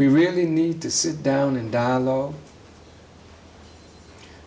we really need to sit down and dialogue